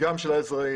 וגם של האזרחים.